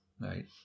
Right